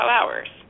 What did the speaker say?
hours